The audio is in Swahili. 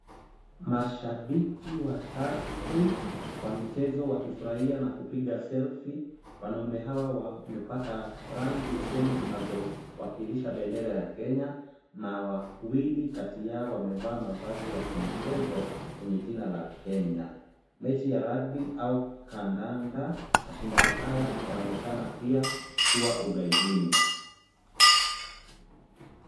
Mashabiki watatu wa michezo wakifurahia na kupiga selfie . Wanaume hawa wamepaka rangi usoni zinazowakilisha bendera ya Kenya na wawili kati yao wamevaa mavazi ya kimchezo yenye jina la Kenya. Mechi ya rugby au kandanda. Mashindano haya yaonekana pia kuwa ughaibuni.